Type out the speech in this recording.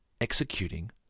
executing